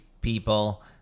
people